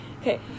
Okay